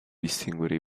distinguere